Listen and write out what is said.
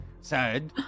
sad